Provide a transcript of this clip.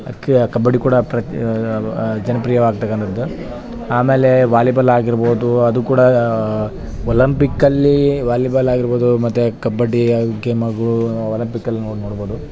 ಅದಕ್ಕೆ ಕಬಡ್ಡಿ ಕೂಡ ಪ್ರತ್ ಜನಪ್ರಿಯವಾಗ್ತಕಂಥದ್ದು ಆಮೇಲೆ ವಾಲಿಬಾಲಾಗಿರ್ಬೌದು ಅದು ಕೂಡ ಒಲಂಪಿಕ್ಕಲ್ಲಿ ವಾಲಿಬಾಲಾಗಿರ್ಬೌದು ಮತ್ತು ಕಬಡ್ಡಿ ಗೆಮಗು ಒಲಂಪಿಕಲ್ಲಿ ನೋಡ ನೋಡ್ಬೌದು